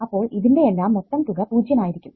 അപ്പോൾ ഇതിന്റെ എല്ലാം മൊത്തം തുക 0 ആയിരിക്കും